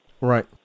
Right